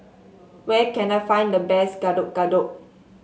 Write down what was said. where can I find the best Getuk Getuk